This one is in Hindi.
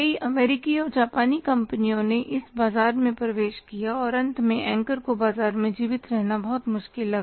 कई अमेरिकी और जापानी कंपनियों ने इस बाजार में प्रवेश किया और अंत में एंकर को बाजार में जीवित रहना बहुत मुश्किल लगा